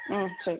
ம் சரி